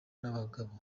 n’abagabo